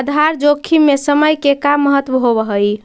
आधार जोखिम में समय के का महत्व होवऽ हई?